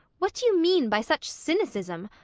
what do you mean by such cynicism?